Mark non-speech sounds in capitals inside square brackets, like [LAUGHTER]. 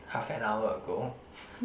half an hour ago [BREATH]